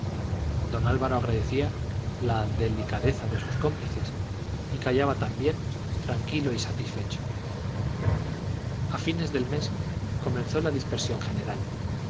don álvaro agradecía la delicadeza de sus cómplices y callaba también tranquilo y satisfecho a fines del mes comenzó la dispersión general